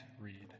read